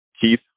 Keith